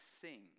sing